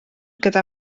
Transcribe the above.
gyda